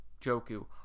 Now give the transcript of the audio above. Joku